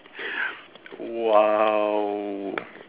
!wow!